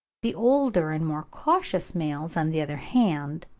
the older and more cautious males, on the other hand,